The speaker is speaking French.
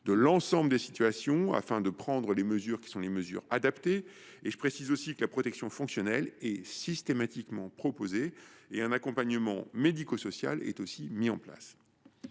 de l’ensemble des situations afin de prendre les mesures adaptées. Je précise aussi que la protection fonctionnelle est systématiquement proposée et un accompagnement médico social mis en place.